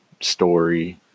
story